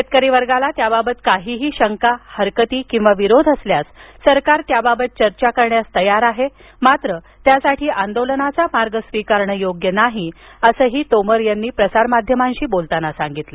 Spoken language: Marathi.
शेतकरी वर्गाला त्याबाबत काहीही शंका हरकती किंवा विरोध असल्यास सरकार त्याबाबत चर्चा करण्यास तयार आहे मात्र त्यासाठी आंदोलनाचा मार्ग स्वीकारणं योग्य नाही असंही तोमर म्हणाले